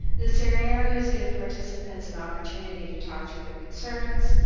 the scenarios give participants an opportunity to talk through their concerns,